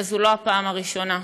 וזאת לא הפעם הראשונה.